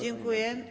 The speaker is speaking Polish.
Dziękuję.